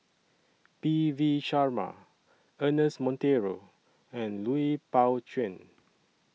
P V Sharma Ernest Monteiro and Lui Pao Chuen